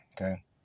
Okay